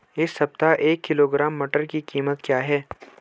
इस सप्ताह एक किलोग्राम मटर की कीमत क्या है?